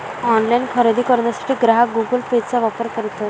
online खरेदी करण्यासाठी ग्राहक गुगल पेचा वापर करतात